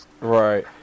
Right